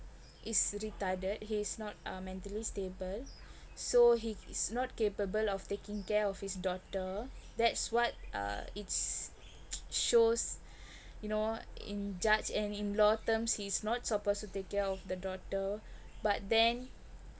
he's retarded he's not uh mentally stable so he is not capable of taking care of his daughter that's what uh it's shows you know in judge and in law terms he's not supposed to take care of the daughter but then